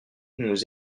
nous